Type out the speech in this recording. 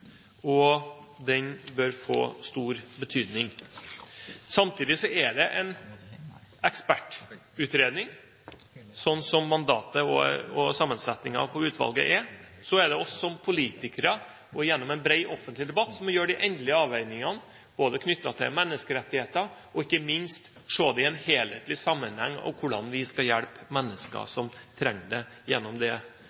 og den bør få stor betydning. Samtidig er det en ekspertutredning, slik mandatet og sammensetningen av utvalget er. Så er det vi som politikere, og gjennom en bred offentlig debatt, som må foreta de endelige avveiningene knyttet til menneskerettigheter, og ikke minst må vi se i en helhetlig sammenheng på hvordan vi skal hjelpe mennesker